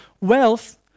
wealth